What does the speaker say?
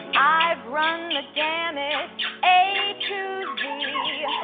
i've run the gamut a. to z.